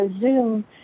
Zoom